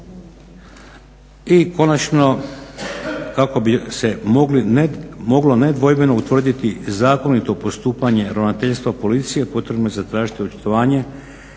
I konačno, kako bi se moglo nedvojbeno utvrditi zakonito postupanje Ravnateljstva policije potrebno je zatražiti očitovanje